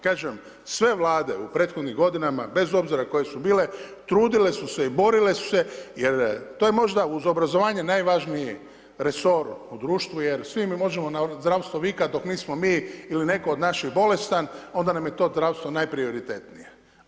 Kažem, sve Vlade u prethodnim godinama, bez obzira koje su bile, trudile su se i borile su se, jer to je možda uz obrazovanje najvažniji resor u društvu jer svi mi možemo na zdravstvo vikati, dok nismo ili netko od naših bolestan, onda nam je to zdravstvo najprioritetnije.